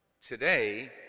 Today